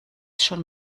schon